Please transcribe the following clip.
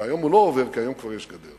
שהיום הוא לא עובר, כי היום כבר יש גדר.